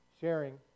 sharing